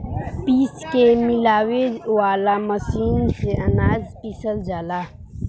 पीस के मिलावे वाला मशीन से अनाज पिसल जाला